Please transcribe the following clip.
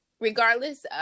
regardless